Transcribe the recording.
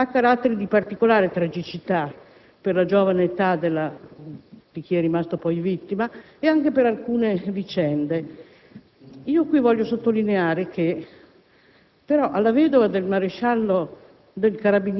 La vicenda che ci è stata presentata ha carattere di particolare tragicità per la giovane età di chi è rimasto poi vittima e anche per alcune vicende. Voglio qui sottolineare,